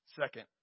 Second